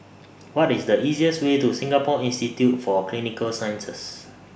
What IS The easiest Way to Singapore Institute For Clinical Sciences